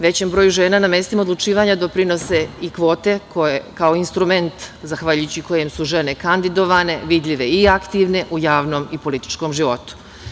Većem broju žena na mestima odlučivanja doprinose i kvote kao instrument, zahvaljujem kojem su žene kandidovane, vidljive i aktivne u javnom i političkom životu.